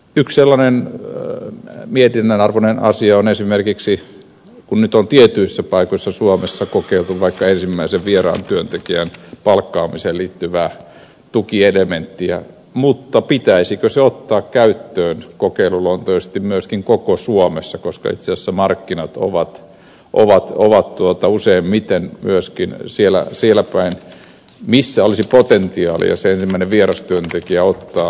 yksi sellainen mietinnän arvoinen asia on esimerkiksi se kun nyt on tietyissä paikoissa suomessa kokeiltu vaikka ensimmäisen vieraan työntekijän palkkaamiseen liittyvää tukielementtiä pitäisikö se ottaa käyttöön kokeiluluonteisesti myöskin koko suomessa koska itse asiassa markkinat ovat useimmiten myöskin siellä päin missä olisi potentiaalia se ensimmäinen vierastyöntekijä ottaa